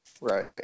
Right